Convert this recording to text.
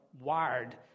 wired